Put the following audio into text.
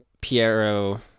Piero